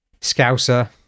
Scouser